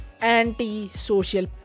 anti-social